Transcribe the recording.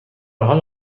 حال